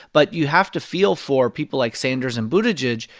but you have to feel for people like sanders and buttigieg,